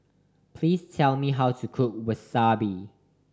please tell me how to cook Wasabi